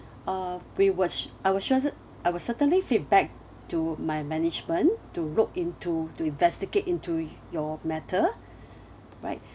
uh we was I was I will certainly feedback to my management to look into to investigate into your matter right